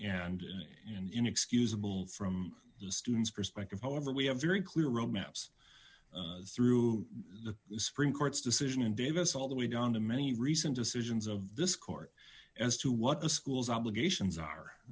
and an inexcusable from the student's perspective however we have very clear roadmaps through the supreme court's decision in davis all the way down to many recent decisions of this court as to what the school's obligations are